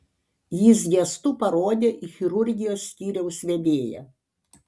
jis gestu parodė į chirurgijos skyriaus vedėją